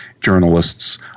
journalists